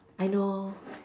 I know